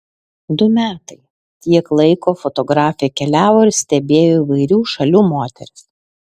du metai tiek laiko fotografė keliavo ir stebėjo įvairių šalių moteris